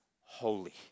holy